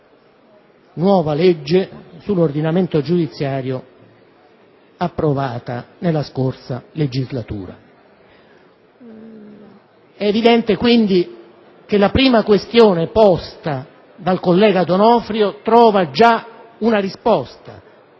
nuova legge sull'ordinamento giudiziario approvata nella scorsa legislatura. E' evidente che la prima questione posta dal collega D'Onofrio trova già risposta